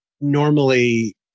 normally